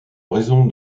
raison